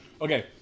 Okay